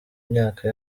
myaka